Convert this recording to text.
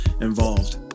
involved